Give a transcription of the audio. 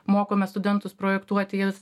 mokome studentus projektuoti jas